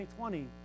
2020